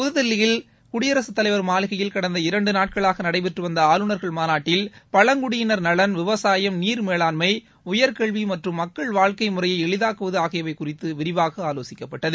புதுதில்லியில் குடியரசுத்தலைவர் மாளிகையில் கடந்த இரண்டு நாட்களாக நடைபெற்று வந்த ஆளுநர்கள் மாநாட்டில் பழங்குடியினர் நலன் விவசாயம் நீர் மேலாண்மை உயர்க்கல்வி மற்றும் மக்கள் வாழ்க்கை முறையை எளிதாக்குவது ஆகியவை குறித்து விரிவாக ஆலோசிக்கப்பட்டது